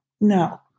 No